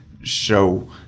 show